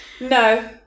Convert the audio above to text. no